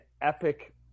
epic